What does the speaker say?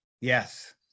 Yes